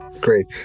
great